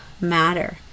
matter